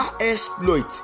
exploit